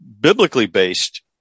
biblically-based